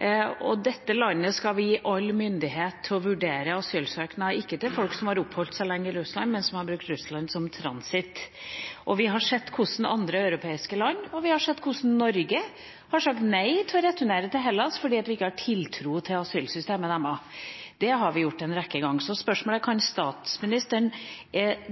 og dette landet skal vi gi all myndighet til å vurdere asylsøknader, ikke til folk som har oppholdt seg lenge i Russland, men til dem som har brukt Russland som transitt. Vi har sett hvordan andre europeiske land – og Norge – har sagt nei til å returnere til Hellas fordi vi ikke har tiltro til asylsystemet deres, og det har vi gjort en rekke ganger. Så spørsmålet er: Kan statsministeren